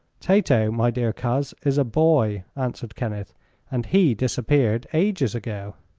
tato, my dear coz, is a boy, answered kenneth and he disappeared ages ago.